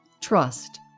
Trust